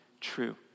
true